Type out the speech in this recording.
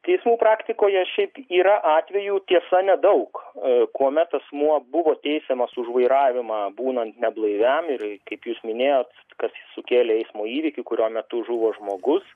teismų praktikoje šiaip yra atvejų tiesa nedaug kuomet asmuo buvo teisiamas už vairavimą būnant neblaiviam ir kaip jūs minėjot kas sukėlė eismo įvykį kurio metu žuvo žmogus